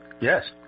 Yes